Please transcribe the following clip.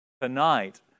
tonight